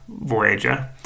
Voyager